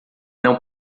não